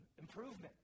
improvement